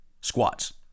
squats